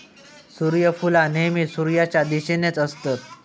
सुर्यफुला नेहमी सुर्याच्या दिशेनेच असतत